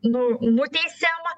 nu nuteisiam